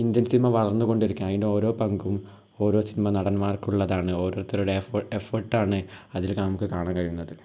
Indian cinema വളർന്നു കൊണ്ടിരിക്കയാണ് അതിൻ്റെ ഓരോ പങ്കും ഓരോ സിൻമാ നടന്മാർക്കുള്ളതാണ് ഓരോരുത്തരുടെ എഫ്ഫേ എഫ്ഫെർട്ടാണ് അതിൽ നമുക്ക് കാണാൻ കഴിയുന്നത്